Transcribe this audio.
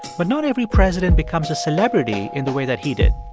but not every president becomes a celebrity in the way that he did.